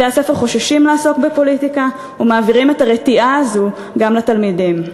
בתי-הספר חוששים לעסוק בפוליטיקה ומעבירים את הרתיעה הזאת גם לתלמידים.